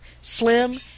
slim